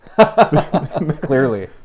Clearly